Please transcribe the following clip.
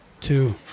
Two